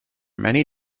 many